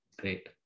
great